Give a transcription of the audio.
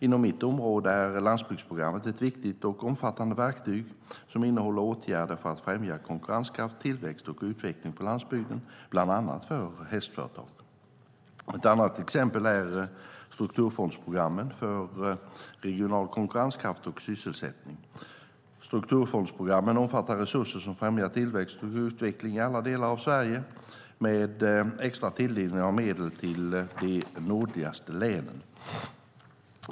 Inom mitt område är landsbygdsprogrammet ett viktigt och omfattande verktyg som innehåller åtgärder för att främja konkurrenskraft, tillväxt och utveckling på landsbygden, bland annat för hästföretag. Ett annat exempel är strukturfondsprogrammen för regional konkurrenskraft och sysselsättning. Strukturfondsprogrammen omfattar resurser som främjar tillväxt och utveckling i alla delar av Sverige med extra tilldelning av medel till de nordligaste länen.